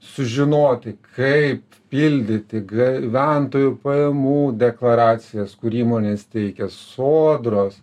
sužinoti kaip pildyti gyventojų pajamų deklaracijas kur įmonės teikia sodros